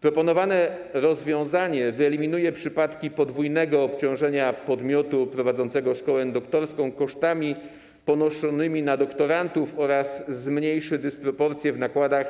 Proponowane rozwiązanie wyeliminuje przypadki podwójnego obciążenia podmiotu prowadzącego szkołę doktorską kosztami ponoszonymi na doktorantów oraz zmniejszy dysproporcję w nakładach